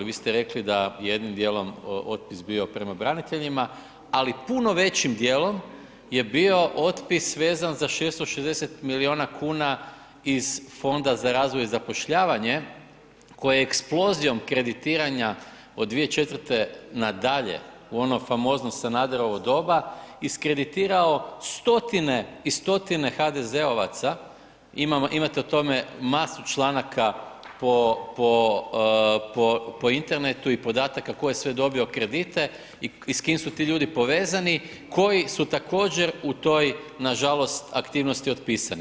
Vi ste rekli da je jednim dijelom otpis bio prema braniteljima ali puno većim dijelom je bio otpis vezan za 660 milijuna kuna iz Fonda za razvoj i zapošljavanje koje je eksplozijom kreditiranja od 2004. na dalje u ono famozno Sanaderovo doba iskreditirao stotine i stotine HDZ-ovaca, imate o tome masu članaka po internetu i podataka tko je sve dobio kredite i s kime su ti ljudi povezani koji su također u toj nažalost aktivnosti otpisani.